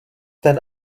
ten